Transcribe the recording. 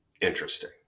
Interesting